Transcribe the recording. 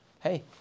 Hey